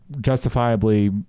justifiably